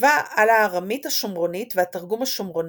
כתבה על הארמית השומרונית והתרגום השומרוני,